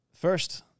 first